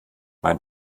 mein